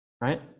Right